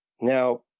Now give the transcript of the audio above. Now